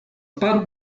padł